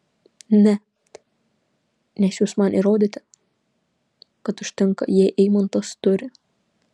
ne nes jūs man įrodėte kad užtenka jei eimantas turi